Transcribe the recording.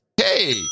Hey